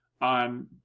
on